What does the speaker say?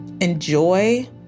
enjoy